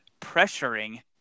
pressuring